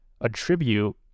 attribute